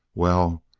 well,